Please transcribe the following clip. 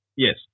Yes